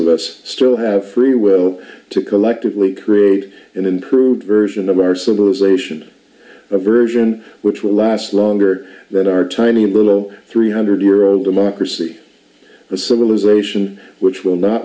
of us still have free will to collectively create an improved version of our civilization a version which will last longer than our tiny little three hundred year old democracy a civilization which will not